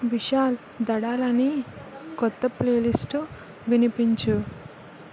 విశాల్ దాడలాని కొత్త ప్లేలిస్టు వినిపించు